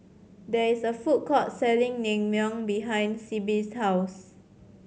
there is a food court selling Naengmyeon behind Sibbie's house